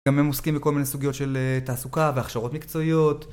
גם הם עוסקים בכל מיני סוגיות של תעסוקה והכשרות מקצועיות